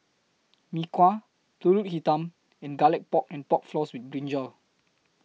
Mee Kuah Pulut Hitam and Garlic Pork and Pork Floss with Brinjal